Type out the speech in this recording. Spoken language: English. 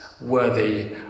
worthy